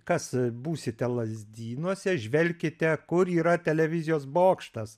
kas būsite lazdynuose žvelkite kur yra televizijos bokštas